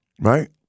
right